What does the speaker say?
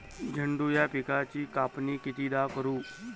झेंडू या पिकाची कापनी कितीदा करू?